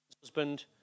husband